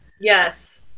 Yes